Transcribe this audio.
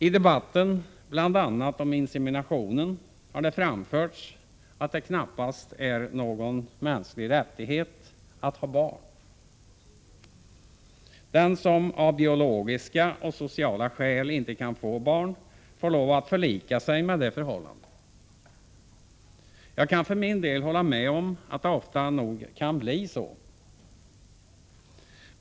I debatten bl.a. om inseminationen har det framförts att det knappast är någon mänsklig rättighet att ha barn. Den som av biologiska eller sociala skäl inte kan få barn får lov att förlika sig med det förhållandet. Jag kan för min del hålla med om att det ofta nog kan bli så.